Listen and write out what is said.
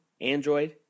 Android